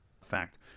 fact